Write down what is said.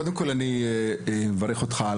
קודם כל אני מברך אותך,